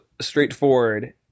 straightforward